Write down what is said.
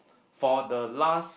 for the last